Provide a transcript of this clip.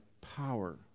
power